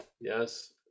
Yes